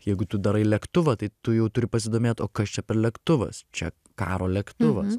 jeigu tu darai lėktuvą tai tu jau turi pasidomėt o kas čia per lėktuvas čia karo lėktuvas